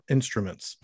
Instruments